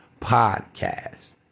podcast